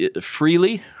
freely